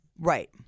Right